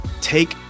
take